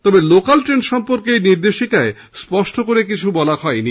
তবে local train সম্পর্কে ওই নির্দেশিকায় স্পষ্ট করে কিছু জানানো হয়নি